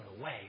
away